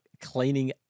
cleaning